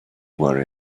worry